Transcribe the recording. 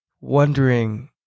wondering